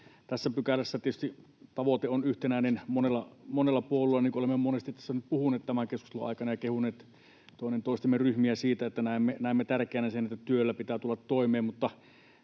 Tässä pykälässä tietysti tavoite on yhtenäinen monella puolueella, ja olemme jo monesti tässä nyt puhuneet tämän keskustelun aikana ja kehuneet toinen toistemme ryhmiä siitä, että näemme tärkeänä sen, että työllä pitää tulla toimeen.